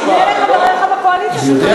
תגיד את דבריך בקואליציה, אתה מכיר את התשובה, לא?